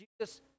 Jesus